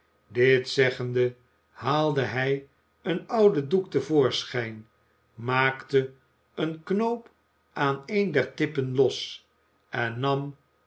dit zeggende haalde hij een ouden doek te voorschijn maakte een knoop aan een der tippen los en nam